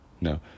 No